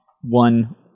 one